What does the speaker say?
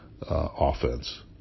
offense